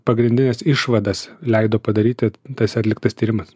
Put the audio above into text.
pagrindines išvadas leido padaryti tas atliktas tyrimas